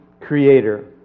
creator